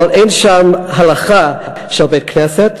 אבל אין שם הלכה של בית-כנסת.